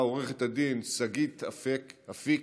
לכנסת, עו"ד שגית אפיק,